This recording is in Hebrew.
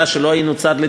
שלא היינו צד לתביעה,